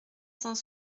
cent